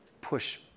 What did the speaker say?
push